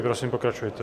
Prosím, pokračujte.